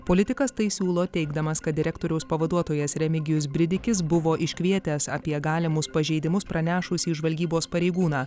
politikas tai siūlo teigdamas kad direktoriaus pavaduotojas remigijus bridikis buvo iškvietęs apie galimus pažeidimus pranešusį žvalgybos pareigūną